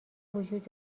وجود